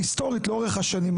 היסטורית לאורך השנים,